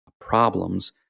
problems